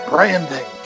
Branding